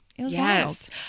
Yes